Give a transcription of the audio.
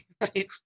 right